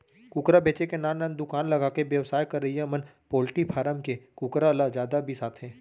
कुकरा बेचे के नान नान दुकान लगाके बेवसाय करवइया मन पोल्टी फारम के कुकरा ल जादा बिसाथें